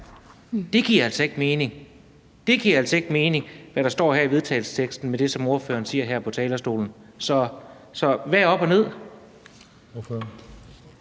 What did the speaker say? Det giver altså ikke mening – det giver altså ikke mening – hvad der står her i vedtagelsesteksten, sammen med det, ordføreren siger her på talerstolen. Så hvad er op og ned?